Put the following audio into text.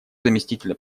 заместителя